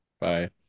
Bye